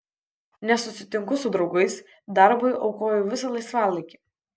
nesusitinku su draugais darbui aukoju visą laisvalaikį